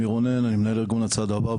אני מנהל ארגון הצעד הבא,